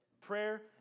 Prayer